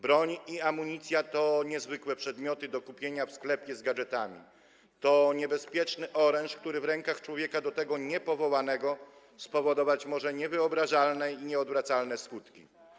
Broń i amunicja to nie są zwykłe przedmioty do kupienia w sklepie z gadżetami, to niebezpieczny oręż, który w rękach człowieka do tego niepowołanego spowodować może niewyobrażalne i nieodwracalne skutki.